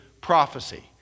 prophecy